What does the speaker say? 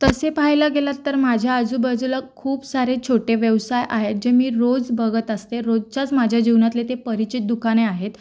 तसे पहायला गेलात तर माझ्या आजूबाजूला खूप सारे छोटे व्यवसाय आहेत जे मी रोज बघत असते रोजच्याच माझ्या जीवनातले ते परिचित दुकाने आहेत